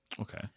Okay